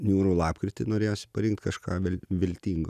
niūrų lapkritį norėjosi parinkt kažką vil viltingo